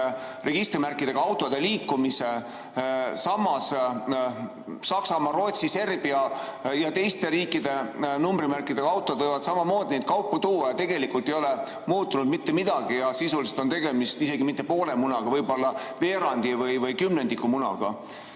registrimärkidega autode liikumise. Samas Saksamaa, Rootsi, Serbia ja teiste riikide numbrimärkidega autod võivad samamoodi neid kaupu tuua ning tegelikult ei ole muutunud mitte midagi. Sisuliselt pole tegemist isegi mitte poole munaga, vaid võib-olla veerandi või kümnendiku munaga.